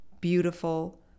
beautiful